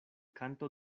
kanto